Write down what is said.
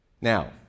Now